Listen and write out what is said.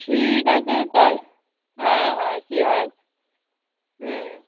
ঠিক আছে তা হ্যাঁ হ্যাঁ কী হয় হুম